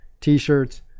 T-shirts